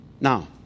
Now